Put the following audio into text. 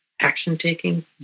action-taking